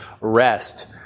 rest